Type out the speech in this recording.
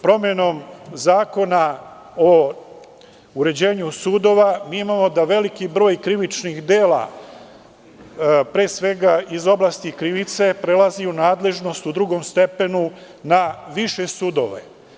Takođe, promenom Zakona o uređenju sudova, imamo da veliki broj krivičnih dela, pre svega iz oblasti krivice, prelazi u nadležnost u drugom stepenu na više sudove.